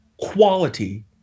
quality